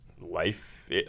life